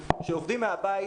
שעובדים מהבית,